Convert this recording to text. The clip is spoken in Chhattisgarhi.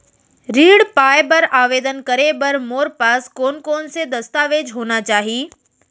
ऋण पाय बर आवेदन करे बर मोर पास कोन कोन से दस्तावेज होना चाही?